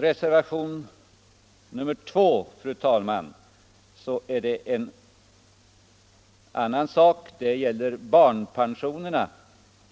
Reservationen 2 gäller barnpensionerna som